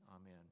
Amen